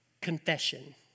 confession